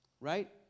Right